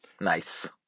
nice